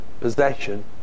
possession